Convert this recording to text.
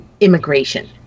immigration